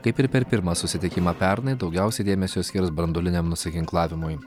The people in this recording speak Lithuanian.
kaip ir per pirmą susitikimą pernai daugiausiai dėmesio skirs branduoliniam nusiginklavimui